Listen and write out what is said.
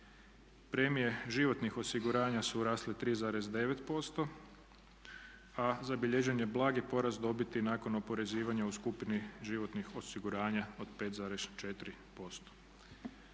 Premije životnih osiguranja su rasle 3,9%, a zabilježen je blagi porast dobiti nakon oporezivanja u skupini životnih osiguranja od 5,4%.